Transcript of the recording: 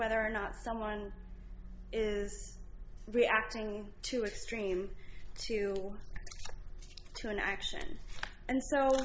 whether or not someone is reacting to a stream to to an action and so